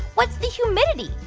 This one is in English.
what's the humidity?